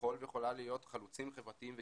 יכול ויכולה להיות חלוצים חברתיים וקהילתיים.